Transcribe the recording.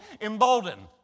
emboldened